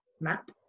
map